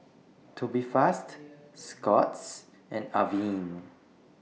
Tubifast Scott's and Avene